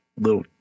little